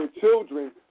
children